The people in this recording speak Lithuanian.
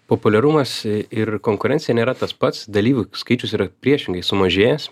populiarumas ir konkurencija nėra tas pats dalyvių skaičius yra priešingai sumažėjęs